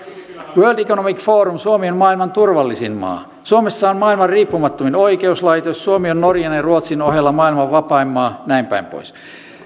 world economic forum suomi on maailman turvallisin maa suomessa on maailman riippumattomin oikeuslaitos suomi on norjan ja ruotsin ohella maailman vapain maa näinpäin pois